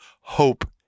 hope